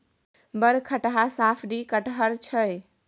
बड़ खटहा साफरी कटहड़ छौ